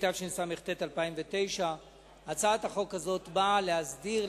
התשס"ט 2009. הצעת החוק הזאת באה להסדיר,